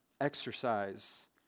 Exercise